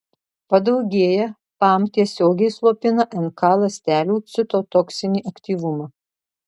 padaugėję pam tiesiogiai slopina nk ląstelių citotoksinį aktyvumą